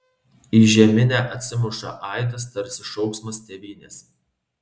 į žeminę atsimuša aidas tarsi šauksmas tėvynės